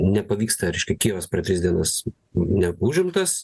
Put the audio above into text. nepavyksta reiškia kijevas per tris dienas neužimtas